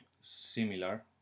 similar